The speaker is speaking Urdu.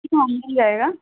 ہاں مل جائے گا